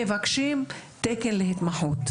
והם בעלי רישיון, המבקשים תקן להתמחות.